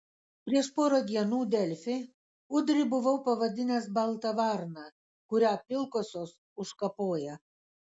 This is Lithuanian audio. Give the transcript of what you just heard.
prieš porą dienų delfi udrį buvau pavadinęs balta varna kurią pilkosios užkapoja